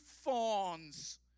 fawns